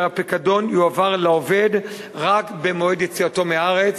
שהרי הפיקדון יועבר לעובד רק במועד יציאתו מהארץ.